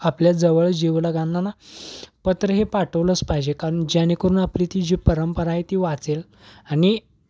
आपल्या जवळ जीवलगांना पत्र हे पाठवलंच पाहिजे कारण जेणेकरून आपली ती जी परंपरा आहे ती वाचेल आणि